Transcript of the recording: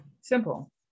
simple